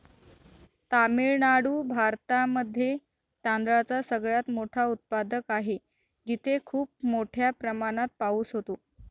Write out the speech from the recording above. तामिळनाडू भारतामध्ये तांदळाचा सगळ्यात मोठा उत्पादक आहे, तिथे खूप मोठ्या प्रमाणात पाऊस होतो